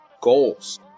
goals